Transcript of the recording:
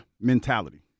mentality